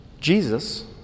Jesus